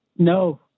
No